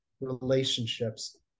relationships